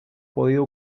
podido